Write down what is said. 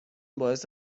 باعث